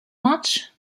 much